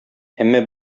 әмма